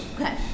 Okay